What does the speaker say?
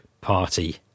party